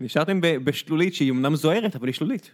נשארתם בשלולית שהיא אמנם זוהרת, אבל היא שלולית.